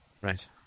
Right